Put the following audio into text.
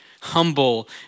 humble